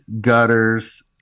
gutters